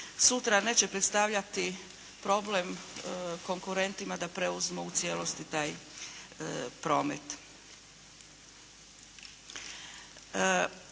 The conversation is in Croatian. sutra neće predstavljati problem konkurentima da preuzmu u cijelosti taj promet.